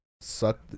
suck